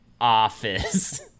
office